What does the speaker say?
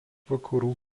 vakarų